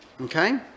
Okay